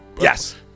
Yes